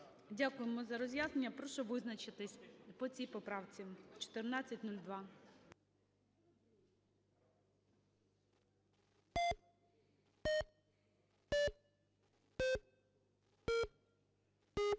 Дякуємо за роз'яснення. Прошу визначитись по цій поправці